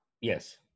Yes